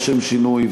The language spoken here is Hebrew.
לשם שינוי,